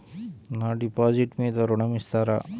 నా డిపాజిట్ మీద ఋణం ఇస్తారా?